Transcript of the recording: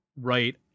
right